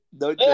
no